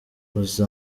uzi